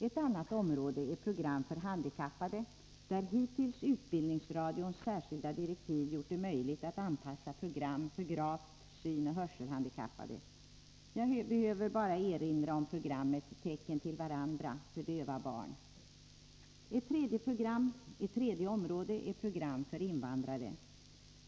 Ett annat område är program för handikappade. Utbildningsradions särskilda direktiv har hittills gjort det möjligt att anpassa program för gravt synoch hörselhandikappade — jag behöver bara erinra om programmet ”Tecken till varandra” för döva barn. Ett tredje område är program för invandrare.